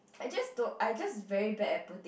I just don't I just very bad at putting